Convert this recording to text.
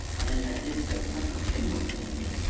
and as i did so, something jingled faintly.